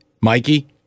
Mikey